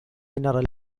mineral